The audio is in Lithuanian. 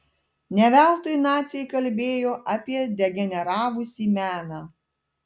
ne veltui naciai kalbėjo apie degeneravusį meną